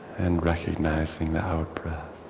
and recognizing the outbreath,